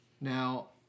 Now